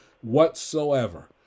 whatsoever